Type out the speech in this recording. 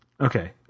okay